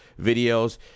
videos